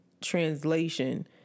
translation